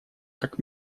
как